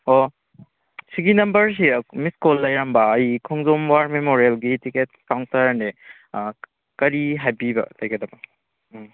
ꯑꯣ ꯁꯤꯒꯤ ꯅꯝꯕꯔꯁꯦ ꯃꯤꯁꯀꯣꯜ ꯂꯩꯔꯝꯕ ꯑꯩ ꯈꯣꯡꯖꯣꯝ ꯋꯥꯔ ꯃꯦꯃꯣꯔꯤꯌꯦꯜꯒꯤ ꯇꯤꯀꯦꯠ ꯀꯥꯎꯟꯇꯔꯅꯤ ꯀꯔꯤ ꯍꯥꯏꯕꯤꯕ ꯂꯩꯒꯗꯕ ꯎꯝ